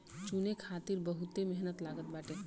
चुने खातिर बहुते मेहनत लागत बाटे